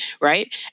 Right